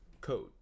code